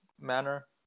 manner